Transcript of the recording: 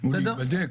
ואת זה אמרנו,